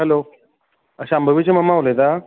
hello शांबविची मम्मा उलयतां